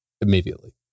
immediately